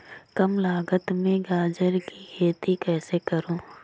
कम लागत में गाजर की खेती कैसे करूँ?